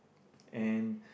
and